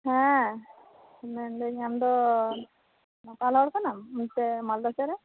ᱦᱮᱸ ᱢᱮᱱᱫᱟᱹᱧ ᱟᱢ ᱫᱚ ᱞᱚᱠᱟᱞ ᱦᱚᱲ ᱠᱟᱱᱟᱢ ᱚᱱᱛᱮ ᱢᱟᱞᱫᱟ ᱥᱮᱫ ᱨᱮ